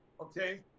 okay